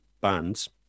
bands